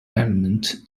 element